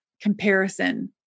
comparison